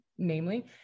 namely